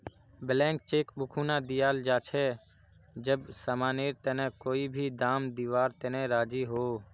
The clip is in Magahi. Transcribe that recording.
ब्लैंक चेक उखना दियाल जा छे जब समानेर तने कोई भी दाम दीवार तने राज़ी हो